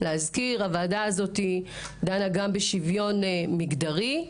להזכיר הוועדה הזאת דנה גם בשוויון מגדרי.